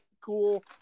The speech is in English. cool